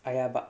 !aiya! but